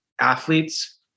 athletes